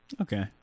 okay